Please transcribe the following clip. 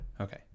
Okay